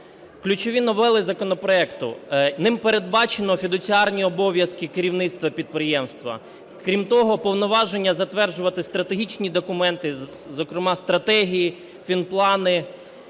Ключові новели законопроекту. Ним передбачено фідуціарні обов'язки керівництва підприємства, крім того, повноваження затверджувати стратегічні документи, зокрема стратегії, фінплани,